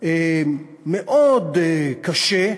מאוד קשה.